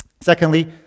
Secondly